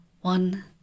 One